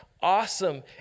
awesome